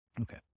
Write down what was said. Okay